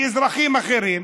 באזרחים אחרים,